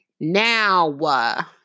Now